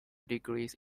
degrees